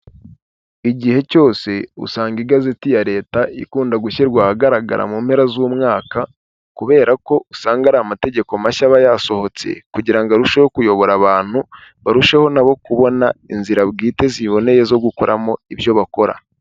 Igihe cyose, usanga igazeti ya leta ikunda gushyirwa ahagaragara mu mpera z'umwaka kubera ko usanga ari amategeko mashya aba yasohotse kugira ngo arusheho kuyobora abantu, barusheho na bo kubona inzira bwite ziboneye zo gukoramo ibyo bakora.